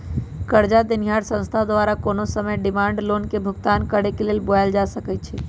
करजा देनिहार संस्था द्वारा कोनो समय डिमांड लोन के भुगतान करेक लेल बोलायल जा सकइ छइ